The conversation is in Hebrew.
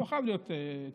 זה לא חייב להיות טרור,